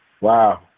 Wow